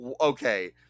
Okay